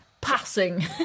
passing